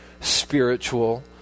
spiritual